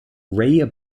ray